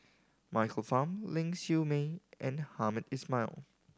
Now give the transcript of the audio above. Michael Fam Ling Siew May and Hamed Ismail